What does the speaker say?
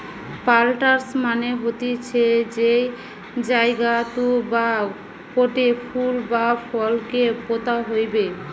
planters মানে হতিছে যেই জায়গাতু বা পোটে ফুল বা ফল কে পোতা হইবে